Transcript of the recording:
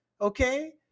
okay